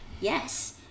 Yes